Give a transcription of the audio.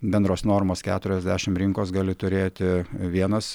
bendros normos keturiasdešimt rinkos gali turėti vienas